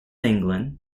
england